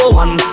one